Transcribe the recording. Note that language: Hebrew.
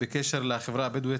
בקשר לחברה הבדואית,